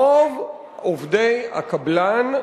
רוב עובדי הקבלן,